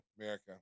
America